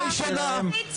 קריאה ראשונה.